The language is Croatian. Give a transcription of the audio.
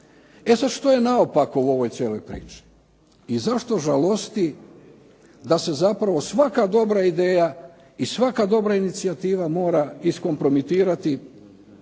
E sada, što je naopako u ovoj cijeloj priči i zašto žalosti da se zapravo svaka dobra ideja i svaka dobra inicijativa mora izkompromitirati